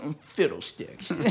Fiddlesticks